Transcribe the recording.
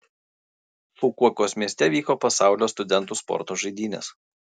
fukuokos mieste vyko pasaulio studentų sporto žaidynės